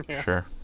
Sure